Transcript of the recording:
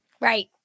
Right